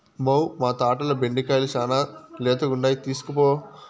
మ్మౌ, మా తోటల బెండకాయలు శానా లేతగుండాయి తీస్కోపో